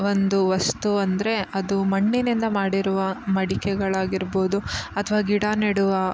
ಒಂದು ವಸ್ತು ಅಂದರೆ ಅದು ಮಣ್ಣಿನಿಂದ ಮಾಡಿರುವ ಮಡಿಕೆಗಳಾಗಿರ್ಬೋದು ಅಥವಾ ಗಿಡ ನೆಡುವ